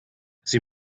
sie